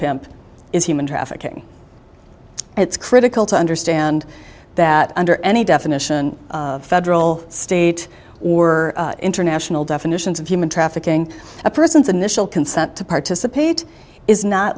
pimp is human trafficking and it's critical to understand that under any definition federal state or international definitions of human trafficking a person's initial consent to participate is not